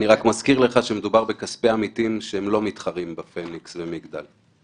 אני רק מזכיר לך שמדובר בכספי עמיתים שלא מתחרים בפניקס ובמגדל.